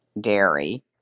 dairy